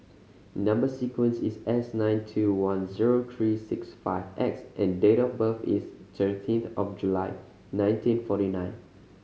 number sequence is S nine two one zero three six five X and date of birth is thirteen of July nineteen forty nine